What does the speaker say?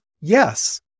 Yes